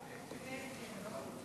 טוב שיש אחד,